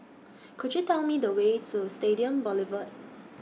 Could YOU Tell Me The Way to Stadium Boulevard